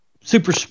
super